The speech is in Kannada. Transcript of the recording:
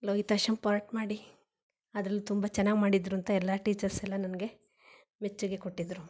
ಲೋಹಿತಾಶ್ವನ ಪಾರ್ಟ್ ಮಾಡಿ ಅದ್ರಲ್ಲಿ ತುಂಬ ಚೆನ್ನಾಗಿ ಮಾಡಿದರು ಅಂತ ಎಲ್ಲ ಟೀಚರ್ಸೆಲ್ಲಾ ನನಗೆ ಮೆಚ್ಚುಗೆ ಕೊಟ್ಟಿದ್ದರು